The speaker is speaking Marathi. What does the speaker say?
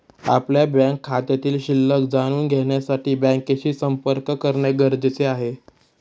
आपल्या बँक खात्यातील शिल्लक जाणून घेण्यासाठी बँकेशी संपर्क करणे गरजेचे आहे